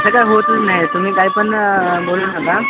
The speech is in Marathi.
तसं काय होतच नाही तुम्ही काय पण बोलू नका